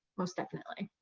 most definitely.